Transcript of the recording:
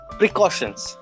precautions